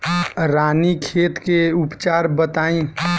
रानीखेत के उपचार बताई?